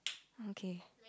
okay